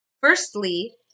Firstly